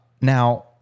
Now